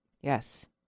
Yes